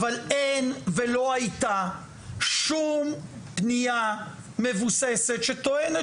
אבל אין ולא הייתה שום פנייה מבוססת שטוענת